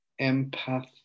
empath